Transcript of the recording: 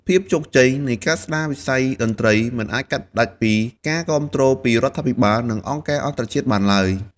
ភាពជោគជ័យនៃការស្តារវិស័យតន្ត្រី មិនអាចកាត់ផ្តាច់ពី ការគាំទ្រពីរដ្ឋាភិបាល និងអង្គការអន្តរជាតិបានទ្បើយ។